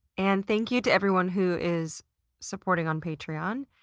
and thank you to everyone who is supporting on patreon.